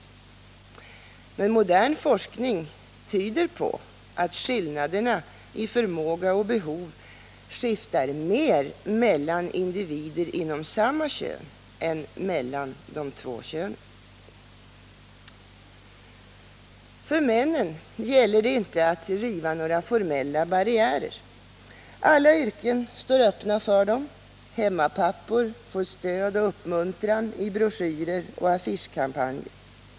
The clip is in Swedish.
Men modern forskning tyder på att skillnaderna i förmåga och behov skiftar mer mellan individer inom samma kön än mellan de två könen. För männen gäller det inte att riva några formella barriärer. Alla yrken står öppna för dem. Hemmapappor får stöd och uppmuntran i broschyrer och affischkampanjer.